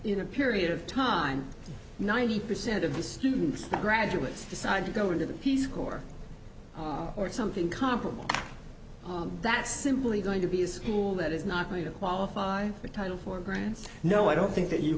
in a period of time ninety percent of the students graduates decide to go to the peace corps or something comparable that's simply going to be a school that is not going to qualify for time for grants no i don't think that you